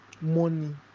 money